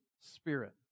spirit